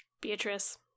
Beatrice